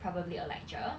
probably a lecture